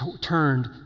turned